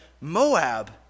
Moab